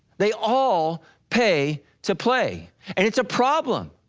they all pay to play and it's a problem.